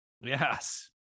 Yes